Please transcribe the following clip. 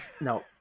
No